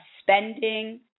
Spending